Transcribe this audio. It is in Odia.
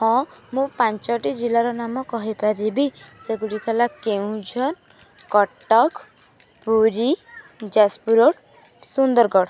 ହଁ ମୁଁ ପାଞ୍ଚଟି ଜିଲ୍ଲାର ନାମ କହିପାରିବି ସେଗୁଡ଼ିକ ହେଲା କେଉଁଝର କଟକ ପୁରୀ ଯାଜପୁର ରୋଡ଼ ସୁନ୍ଦରଗଡ଼